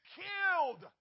killed